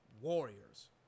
Warriors